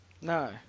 No